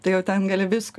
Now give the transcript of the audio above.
tai jau ten gali visko